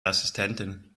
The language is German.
assistentin